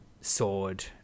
sword